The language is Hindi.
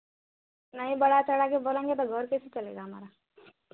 नहीं बढ़ा चढ़ा कर बोलेंगे तो घर कैसे चलेगा हमारा